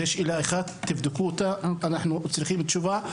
זאת שאלה אחת, תבדקו אותה אנחנו צריכים תשובה.